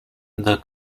the